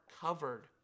covered